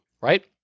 right